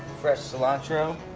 fresh cilantro.